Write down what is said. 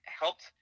helped